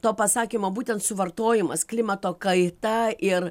to pasakymo būtent suvartojimas klimato kaita ir